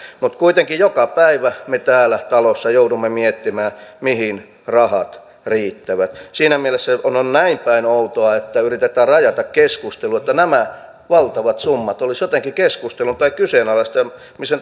mutta kuitenkin joka päivä me täällä talossa joudumme miettimään mihin rahat riittävät siinä mielessä on on näin päin outoa että yritetään rajata keskustelua että nämä valtavat summat olisivat jotenkin keskustelun tai kyseenalaistamisen